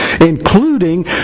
including